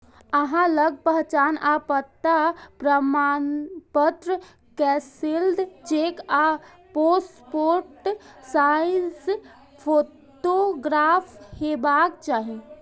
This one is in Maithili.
अहां लग पहचान आ पता प्रमाणपत्र, कैंसिल्ड चेक आ पासपोर्ट साइज फोटोग्राफ हेबाक चाही